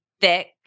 thick